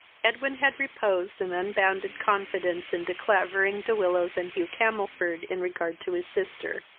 edwin had reposed an unbounded confidence in de clavering, de willows, and hugh camelford, in regard to his sister,